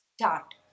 Start